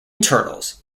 turtles